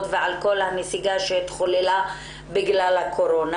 ועל כל הנסיגה שהתחוללה בגלל הקורונה.